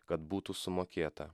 kad būtų sumokėta